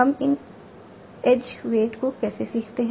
हम इन edge weight को कैसे सीखते हैं